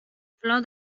flor